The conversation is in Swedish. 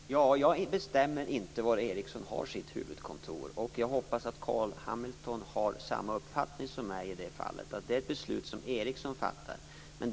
Herr talman! Jag bestämmer inte var Ericsson har sitt huvudkontor. Jag hoppas att Carl B Hamilton har samma uppfattning som jag i det fallet, nämligen att det är ett beslut som Ericsson fattar.